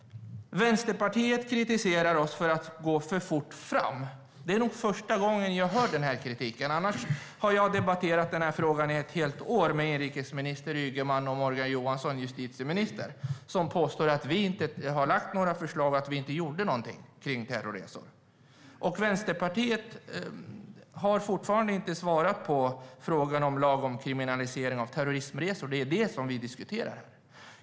Vänsterpartiet kritiserar oss för att gå för fort fram. Det är nog första gången jag hör den kritiken. Annars har jag debatterat den här frågan i ett helt år med inrikesminister Ygeman och justitieminister Johansson, som påstår att vi inte lade fram några förslag och inte gjorde någonting kring terrorresor. Och Vänsterpartiet har fortfarande inte svarat på frågan om en lag om kriminalisering av terrorresor, fast det är det vi diskuterar.